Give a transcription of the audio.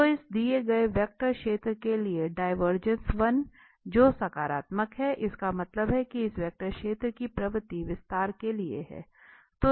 तो इस दिए गए वेक्टर क्षेत्र के लिए डिवरजेंस 1 है जो सकारात्मक है इसका मतलब है कि इस वेक्टर क्षेत्र की प्रवृत्ति विस्तार के लिए है